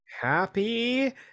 happy